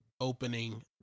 opening